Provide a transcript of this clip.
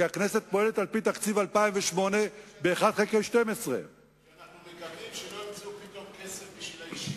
כי הכנסת פועלת על-פי תקציב 2008 ב-1 חלקי 12. מקווים שלא ימצאו פתאום כסף בשביל הישיבות.